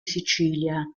sicilia